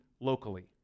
Locally